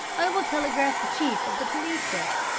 i will telegraph the chief of the police there.